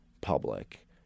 public